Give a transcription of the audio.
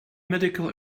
medical